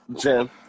Jim